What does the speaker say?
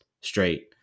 straight